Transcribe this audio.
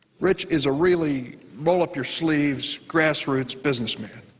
rich is a really role up your sleeves grassroots businessman.